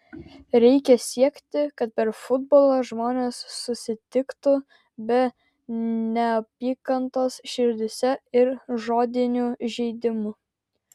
reikia siekti kad per futbolą žmonės susitiktų be neapykantos širdyse ir žodinių žeidimų